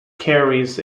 carries